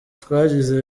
twagize